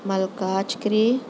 ملکاج گری